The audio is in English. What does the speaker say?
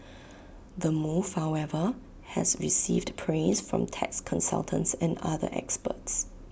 the move however has received praise from tax consultants and other experts